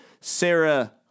Sarah